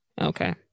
Okay